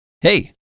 Hey